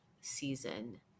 season